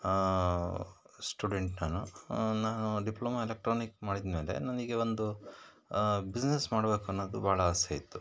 student ನಾನು ನಾನು diploma electronic ಮಾಡಿದಮೇಲೆ ನನಗೆ ಒಂದು ಬಿಸ್ನೆಸ್ ಮಾಡಬೇಕು ಅನ್ನೋದು ಬಹಳ ಆಸೆಯಿತ್ತು